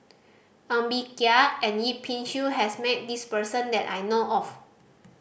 Ng Bee Kia and Yip Pin Xiu has met this person that I know of